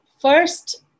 first